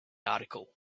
article